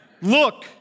Look